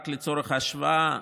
רק לצורך ההשוואה,